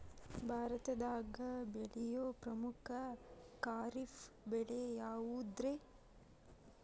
ಭಾರತದಾಗ ಬೆಳೆಯೋ ಪ್ರಮುಖ ಖಾರಿಫ್ ಬೆಳೆ ಯಾವುದ್ರೇ?